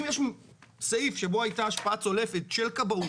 אם יש סעיף שבו הייתה השפעה צולבת של כבאות